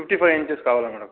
fifty five inches కావాలి madam